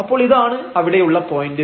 അപ്പോൾ ഇതാണ് അവിടെയുള്ള പോയന്റ്